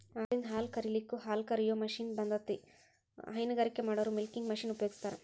ಆಕಳಿಂದ ಹಾಲ್ ಕರಿಲಿಕ್ಕೂ ಹಾಲ್ಕ ರಿಯೋ ಮಷೇನ್ ಬಂದೇತಿ ಹೈನಗಾರಿಕೆ ಮಾಡೋರು ಮಿಲ್ಕಿಂಗ್ ಮಷೇನ್ ಉಪಯೋಗಸ್ತಾರ